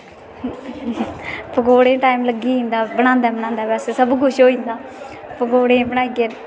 पकौड़ें गी बी टाईम लग्गी जंदा बनांदे बनांदे बैसे सब कुछ होई जंदा पकौड़ें गी बनाइयै